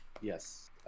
Yes